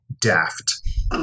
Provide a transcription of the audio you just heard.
daft